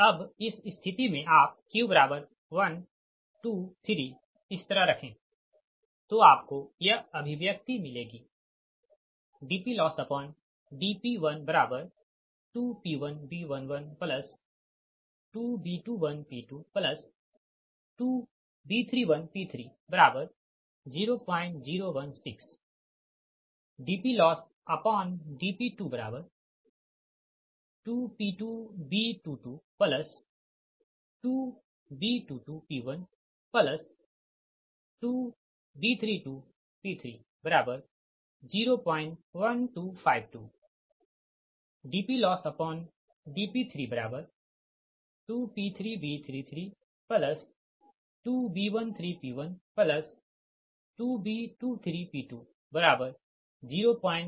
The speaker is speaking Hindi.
अब इस स्थिति मे आप q123 इस तरह रखें तो आपको यह अभिव्यक्ति मिलेगी dPLossdP12P1B112B21P22B31P30016 dPLossdP22P2B222B22P12B32P301252 dPLossdP32P3B332B13P12B23P203196 ठीक